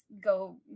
go